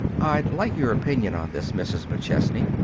i'd like your opinion on this, mrs. mcchesney,